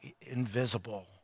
invisible